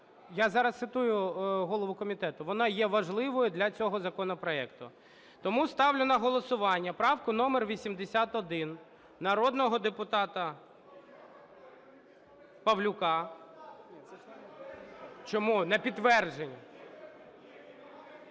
Я зараз цитую голову комітету. Вона є важливою для цього законопроекту. Тому ставлю на голосування правку номер 81 народного депутата Павлюка. (Шум у залі) Чому? На підтвердження.